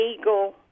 eagle